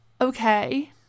okay